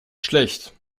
schlecht